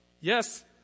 Yes